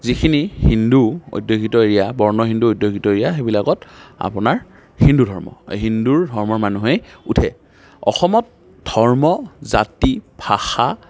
যিখিনি হিন্দু অধ্যুষিত এৰিয়া বৰ্ণ হিন্দু অধ্যুষিত এৰিয়া সেইবিলাকত আপোনাৰ হিন্দু ধৰ্ম হিন্দু ধৰ্মৰ মানুহে উঠে অসমত ধৰ্ম জাতি ভাষা